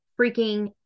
freaking